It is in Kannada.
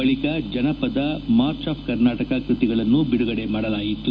ಬಳಿಕ ಜನಪದ ಮಾರ್ಚ್ ಆಫ್ ಕರ್ನಾಟಕ ಕೃತಿಗಳನ್ನು ಬಿಡುಗಡೆ ಮಾಡಲಾಯಿತು